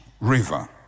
River